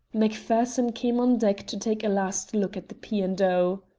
macpherson came on deck to take a last look at the p. and o.